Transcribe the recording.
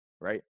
right